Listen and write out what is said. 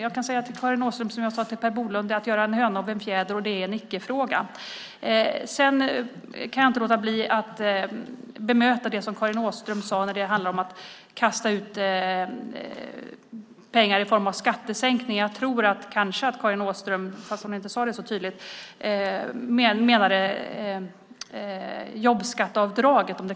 Jag kan säga till Karin Åström, som jag sade till Per Bolund, att det är att göra en höna av en fjäder och att det är en ickefråga. Sedan kan jag inte låta bli att bemöta det som Karin Åström sade när det handlade om att kasta ut pengar i form av skattesänkningar. Jag tror att Karin Åström, fast hon inte sade det så tydligt, menade jobbskatteavdraget.